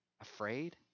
Afraid